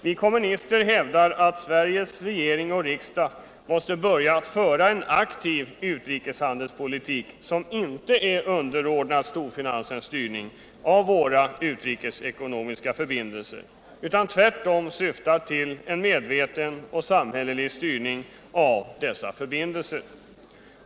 Vi kommunister hävdar att Sveriges regering och riksdag måste börja föra en aktiv utrikeshandelspolitik, som inte är underordnad storfinansens styrning av våra utrikes ekonomiska förbindelser utan som tvärtom syftar till en medveten och samhällelig styrning av dessa förbindelser.